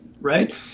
right